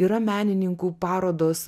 yra menininkų parodos